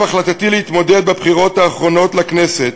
ערב החלטתי להתמודד בבחירות האחרונות לכנסת